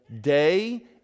day